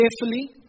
carefully